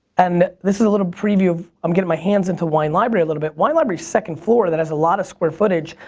and this is a little preview, i'm getting my hands into wine library a little bit, wine library's second floor that has a lot of square footage,